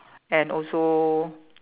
and also